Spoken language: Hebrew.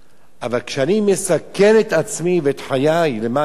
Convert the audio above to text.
אבל כשאני מסכן את עצמי ואת חיי למען האחר,